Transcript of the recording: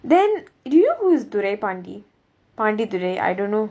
then do you know who is dhurai pandi pandi dhurai I don't know